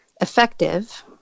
effective